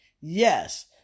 Yes